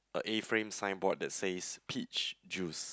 a A frame signboard that says peach juice